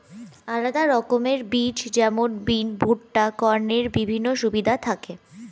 আলাদা রকমের বীজ যেমন বিন, ভুট্টা, কর্নের বিভিন্ন সুবিধা থাকি